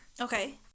Okay